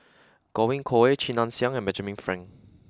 Godwin Koay Chia Ann Siang and Benjamin Frank